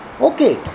Okay